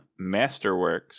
Masterworks